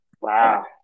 Wow